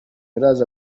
iraza